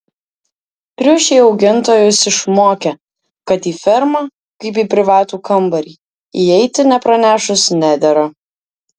triušiai augintojus išmokė kad į fermą kaip į privatų kambarį įeiti nepranešus nedera